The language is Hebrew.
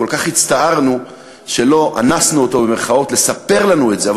וכל כך הצטערנו שלא אנסנו אותו לספר לנו את זה.